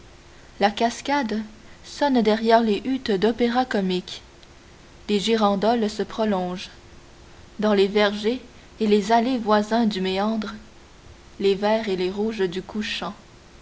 la cascade sonne derrière les huttes dopéra comique des girandoles se prolongent dans les vergers et les allées voisins du méandre les verts et les rouges du couchant